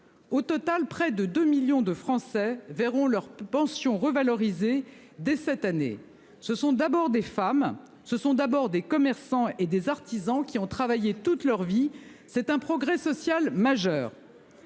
Au total près de 2 millions de Français verront leur pension revalorisée dès cette année, ce sont d'abord des femmes, ce sont d'abord des commerçants et des artisans qui ont travaillé toute leur vie, c'est un progrès social majeur.